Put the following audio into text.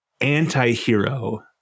anti-hero